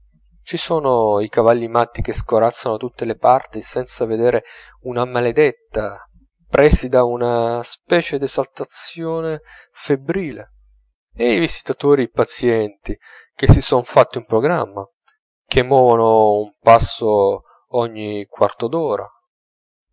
ci sono i cavalli matti che scorazzano da tutte le parti senza vedere una maledetta presi da una specie d'esaltazione febbrile e i visitatori pazienti che si son fatti un programma che muovono un passo ogni quarto d'ora